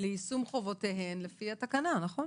ליישום חובותיהן לפי תקנה (א)(1) ו-(2)".